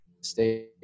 stay